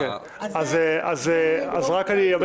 אז רק אגיד,